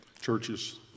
churches